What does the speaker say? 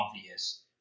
obvious